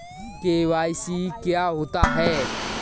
KYC क्या होता है?